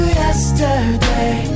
yesterday